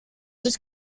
was